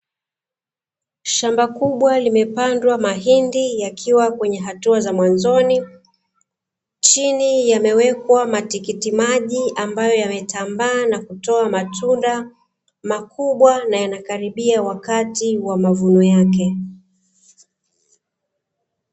Shamba kubwa limepandwa mahindi yakiwa kwenye hatua za mwanzoni, chini yamewekwa matikiti maji ambayo yametambaa nakutoa matunda makubwa na yanakaribia wakati wa mavuno yake.